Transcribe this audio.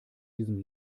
diesem